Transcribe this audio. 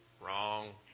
Wrong